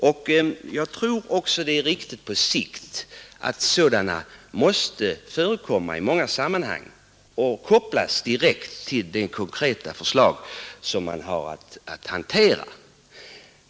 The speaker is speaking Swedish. Jag tror också att det på sikt är riktigt att sådana måste förekomma i många sammanhang och kopplas direkt till de konkreta förslag som man har att hantera.